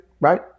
right